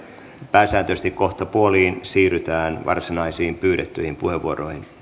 pääsääntöisesti kohtapuoliin siirrytään varsinaisiin pyydettyihin puheenvuoroihin